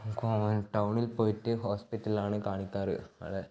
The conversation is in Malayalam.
ടൌണിൽ പോയിട്ട് ഹോസ്പിറ്റലിലാണ് കാണിക്കാറ് ആളെ